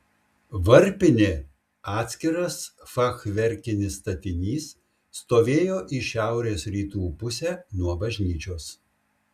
varpinė atskiras fachverkinis statinys stovėjo į šiaurės rytų pusę nuo bažnyčios